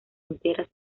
enteras